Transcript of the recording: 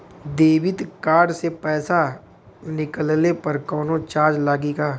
Debit card से पैसा निकलले पर कौनो चार्ज लागि का?